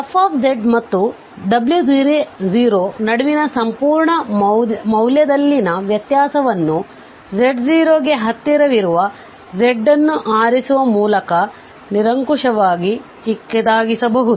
fz ಮತ್ತು w0 ನಡುವಿನ ಸಂಪೂರ್ಣ ಮೌಲ್ಯದಲ್ಲಿನ ವ್ಯತ್ಯಾಸವನ್ನು z0 ಗೆ ಹತ್ತಿರವಿರುವ z ಅನ್ನು ಆರಿಸುವ ಮೂಲಕ ನಿರಂಕುಶವಾಗಿ ಚಿಕ್ಕದಾಗಿಸಬಹುದು